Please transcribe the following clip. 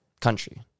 Country